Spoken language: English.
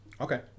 Okay